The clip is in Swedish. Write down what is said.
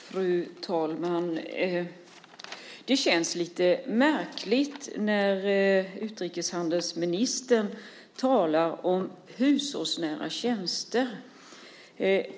Fru talman! Det känns lite märkligt när utrikeshandelsministern talar om hushållsnära tjänster.